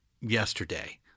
yesterday